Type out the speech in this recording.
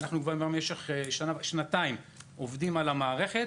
אנחנו כבר במשך שנתיים עובדים על המערכת,